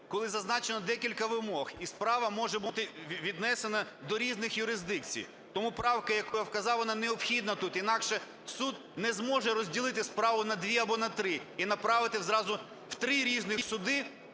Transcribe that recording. коли зазначено декілька вимог. І справа може бути віднесена до різних юрисдикцій. Тому правка, яку я вказав, вона необхідна тут, інакше суд не зможе розділити справу на дві або на три і направити зразу в три різних суди